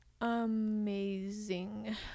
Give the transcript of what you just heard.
amazing